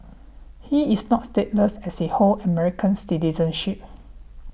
he is not stateless as he hold American citizenship